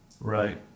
Right